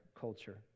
culture